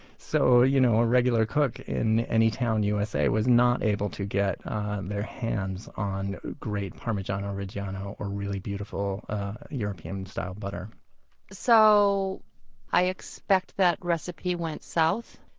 so you know a regular cook in anytown, usa was not able to get their hands on great parmigiano-reggiano or beautiful european-style butter so i expect that recipe went south?